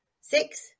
six